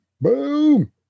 Boom